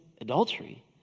adultery